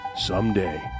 Someday